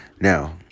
Now